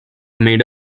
made